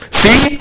see